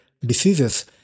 diseases